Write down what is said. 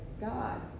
God